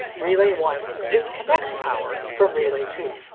relay one disconnects power from relay two.